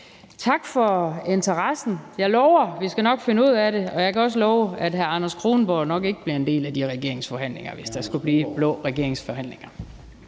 tak for interessen. Jeg lover, at vi nok skal finde ud af det, og jeg kan også love, at hr. Anders Kronborg nok ikke bliver en del af de regeringsforhandlinger, hvis der skulle blive blå regeringsforhandlinger.